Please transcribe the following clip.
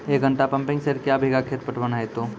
एक घंटा pumping set क्या बीघा खेत पटवन है तो?